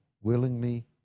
willingly